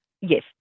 Yes